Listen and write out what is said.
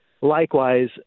likewise